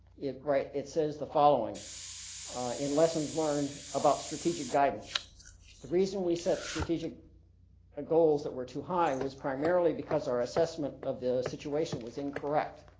it right it says the following in lessons learned about strategic guidance the reason we set strategic ah goals that were too high was primarily because our assessment of the situation was incorrect